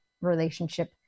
relationship